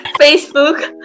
facebook